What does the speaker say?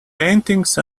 paintings